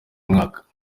umwaka